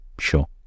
sure